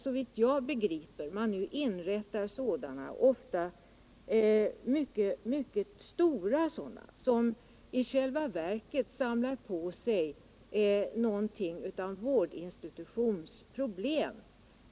Såvitt jag begriper inrättar man nu ofta mycket stora sådana, som i själva verket samlar på sig vårdinstitutionens problem.